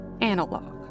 Analog